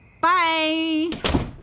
Bye